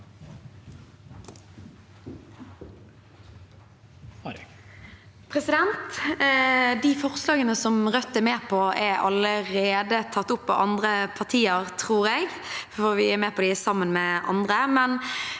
De forslagene som Rødt er med på, er allerede tatt opp av andre partier, tror jeg, for vi er med på dem sammen med andre.